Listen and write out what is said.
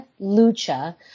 Lucha